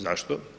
Zašto?